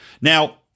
Now